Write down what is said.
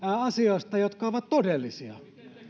asioista jotka ovat todellisia